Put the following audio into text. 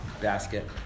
basket